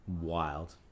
wild